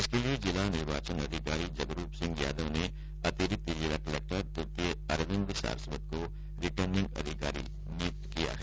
इसके लिए जिला निर्वाचन अधिकारी जगरूप सिंह यादव ने अतिरिक्त जिला कलक्टर तृतीय अरविन्द सारस्वत को रिटर्निंग अधिकारी नियुक्त किया है